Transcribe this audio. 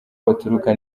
baturuka